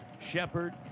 Shepard